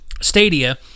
Stadia